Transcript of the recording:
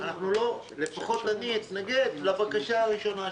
לפחות אני אתנגד לבקשה הראשונה שלכם.